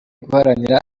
guharanira